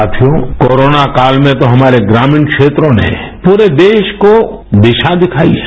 साथियो कोरोना काल में तो हमारे ग्रामीण क्षेत्रों ने पूरे देस को दिशा दिखाई है